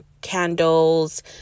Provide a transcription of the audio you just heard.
candles